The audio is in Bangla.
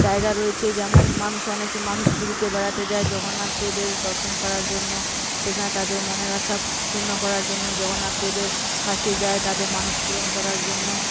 জায়গা রয়েছে যেমন মানুষ অনেকে মানুষ পুরীতে বেড়াতে যায় জগন্নাথ দেবের দর্শন করার জন্য সেখানে তাদের মনের আশা পূর্ণ করার জন্য জগন্নাথ দেবের কাছে যায় তাদের মানত পূরণ করার জন্য